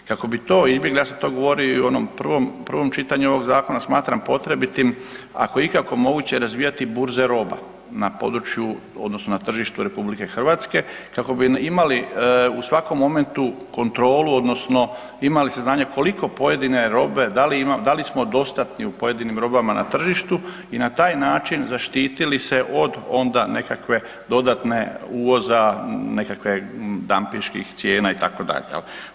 Kako bi to izbjegli, ja sam to govorio i u onom prvom čitanju ovog zakona, smatram potrebitim ako je ikako moguće, razvijati burze roba na području odnosno na tržištu RH, kako bi imali u svakom momentu kontrolu odnosno imali saznanja koliko pojedine robe, da li smo dostatni u pojedinim robama na tržištu i na taj način zaštitili se od onda nekakve dodatnog uvoza, nekakvih dampinških cijena itd., jel.